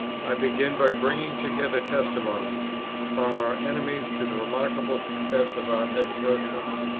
i begin by bringing together testimonies from our enemies to the remarkable success of our exertions.